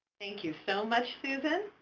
thank you so much, susan.